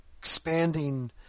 expanding